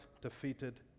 defeated